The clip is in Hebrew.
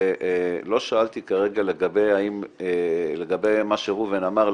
לא שאלתי כרגע לגבי מה שראובן אמר,